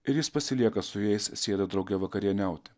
ir jis pasilieka su jais sėda drauge vakarieniauti